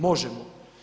Možemo.